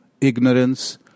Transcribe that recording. ignorance